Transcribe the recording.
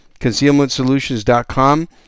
Concealmentsolutions.com